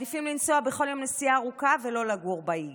בכל יום נסיעה ארוכה ולא לגור בעיר.